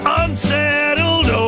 unsettled